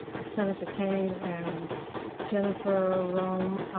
senator kaine and jennifer roem.